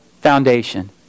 foundation